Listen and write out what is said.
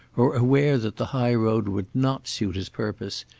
or aware that the high road would not suit his purpose,